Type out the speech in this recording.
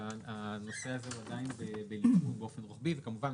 והנושא הזה עדין --- וכמובן,